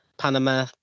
Panama